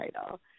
title